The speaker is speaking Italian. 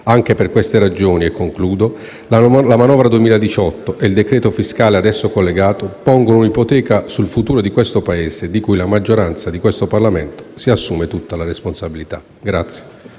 Anche per queste ragioni, e concludo, la manovra 2018 e il decreto fiscale ad essa collegato pongono un'ipoteca sul futuro di questo Paese, di cui la maggioranza di questo Parlamento si assume tutta la responsabilità.